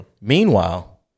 Meanwhile